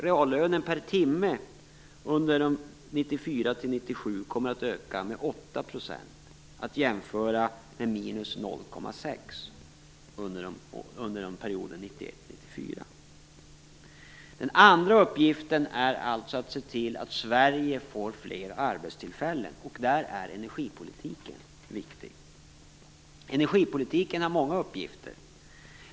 Reallönen per timme under 1994-1997 kommer att öka med 8 %, att jämföras med minus 0,6 % under perioden 1991-1994. Den andra uppgiften är alltså att se till att Sverige får fler arbetstillfällen, och där är energipolitiken viktig. Energipolitiken har många uppgifter.